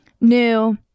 new